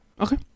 okay